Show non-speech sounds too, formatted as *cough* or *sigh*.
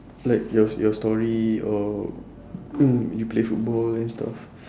like your your story or *noise* you play football and stuff